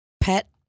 Pet